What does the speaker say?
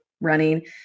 running